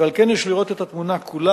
ועל כן יש לראות את התמונה כולה,